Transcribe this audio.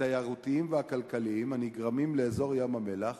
התיירותיים והכלכליים הנגרמים לאזור ים-המלח